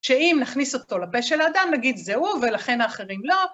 שאם נכניס אותו לפה של האדם, נגיד, זה הוא ולכן האחרים לא.